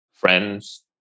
friends